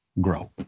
grow